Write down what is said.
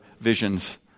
visions